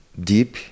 deep